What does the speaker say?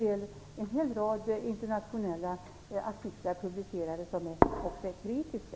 Det finns lång rad internationella artiklar publicerade som också är kritiska.